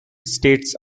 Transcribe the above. states